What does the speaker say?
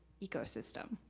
ecosystem.